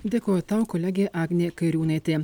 dėkoju tau kolegė agnė kairiūnaitė